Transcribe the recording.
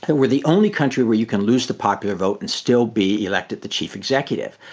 that we're the only country where you can lose the popular vote and still be elected the chief executive.